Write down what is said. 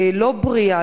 לפעמים לא בריאה,